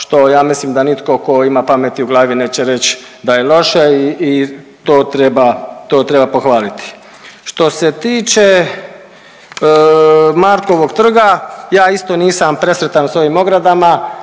što ja mislim da nitko ko ima pameti u glavi neće reći da je loše i to treba, to treba pohvaliti. Što se tiče Markovog trga, ja isto nisam presretan s ovim ogradama